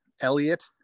Elliot